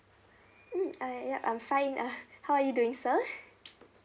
mm uh ya I'm fine uh how are you doing sir